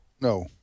no